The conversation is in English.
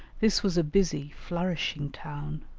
this was a busy flourishing town